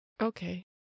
okay